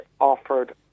offered